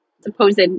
supposed